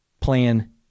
plan